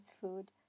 food